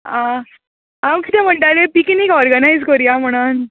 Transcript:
आं हांव कितें म्हुणटालें पिकनीक ओर्गनायज कोरूया म्हुणोन